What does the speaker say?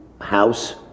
House